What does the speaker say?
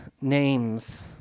names